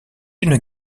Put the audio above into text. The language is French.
une